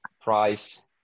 price